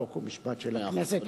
חוק ומשפט של הכנסת,